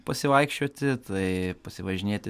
pasivaikščioti tai pasivažinėti